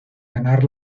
ganar